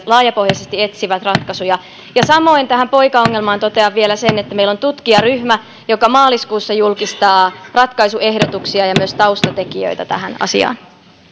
laajapohjaisesti etsivät ratkaisuja samoin tähän poikaongelmaan totean vielä sen että meillä on tutkijaryhmä joka maaliskuussa julkistaa ratkaisuehdotuksia ja myös taustatekijöitä tähän asiaan